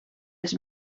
els